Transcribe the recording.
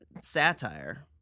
satire